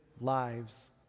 lives